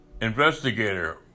investigator